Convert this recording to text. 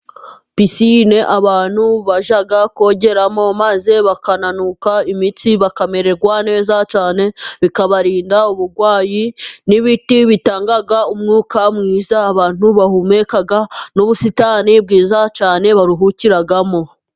Pisine abantu bajya kogeramo， maze bakananuka imitsi，bakamererwa neza cyane， bikabarinda uburwayi， n'ibiti bitanga umwuka mwiza abantu bahumeka， n'ubusitani bwiza cyane baruhukiramo.